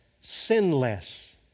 sinless